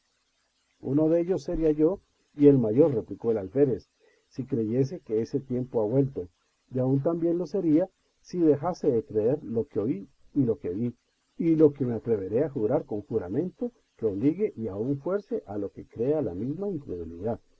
uno dellos sería yo y el mayor replicó el alférez si creyese que ese tiempo ha vuelto y aún también lo sería si dejase de creer lo que oí y lo que vi y lo que m e atreveré a jurar con juramento que obligue y aun fuerce a que lo crea la misma incredulidad